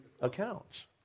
accounts